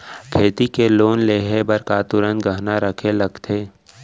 खेती के लोन लेहे बर का तुरंत गहना रखे लगथे?